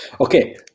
Okay